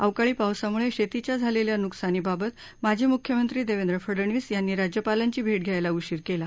अवकाळी पावसामुळे शेतीच्या झालेल्या नुकसानीबाबत माजी मुख्यमंत्री देवेन्द्र फडनवीस यांनी राज्यापालांची भेट घ्यायला उशीर केला